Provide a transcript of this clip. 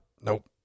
Nope